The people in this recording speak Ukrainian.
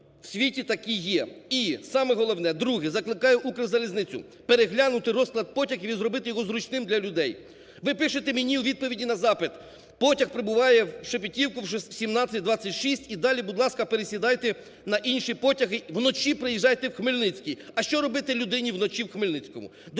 У світі такі є. І саме головне, друге, закликаю "Укрзалізницю" переглянути розклад потягів і зробити його зручним для людей. Ви пишете мені у відповіді на запит: "Потяг прибуває в Шепетівку в 17.26 і далі, будь ласка, пересідайте на інші потяги. Вночі приїжджайте в Хмельницький". А що робити людині вночі в Хмельницькому? До